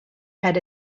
had